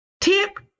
Tip